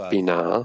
Bina